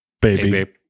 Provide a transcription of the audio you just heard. baby